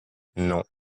non